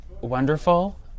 wonderful